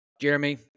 Jeremy